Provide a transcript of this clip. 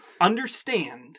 Understand